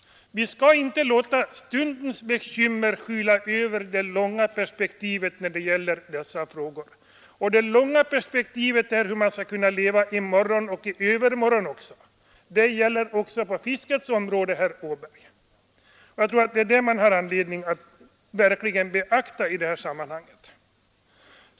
Vi skall inte låta stundens bekymmer skyla över det långa perspektivet när det gäller dessa frågor. Och det långa perspektivet är hur man skall kunna leva i morgon och i övermorgon också. Detta gäller också på fiskets område, herr Åberg, och man har verkligen anledning att beakta det i detta sammanhang.